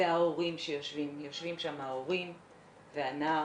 זה ההורים שיושבים, יושבים שם ההורים והנער,